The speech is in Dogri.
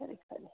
खरी खरी